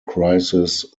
crisis